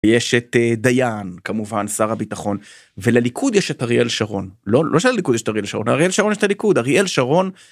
יש את דיין כמובן שר הביטחון ולליכוד יש את אריאל שרון לא לוקח לי קודש טריל שרון אריאל שרון את הליכוד אריאל שרון.